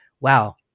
wow